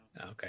okay